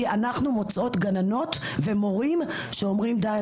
כי אנחנו מוצאות גננות ומורים שאומרים די,